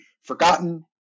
forgotten